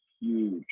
huge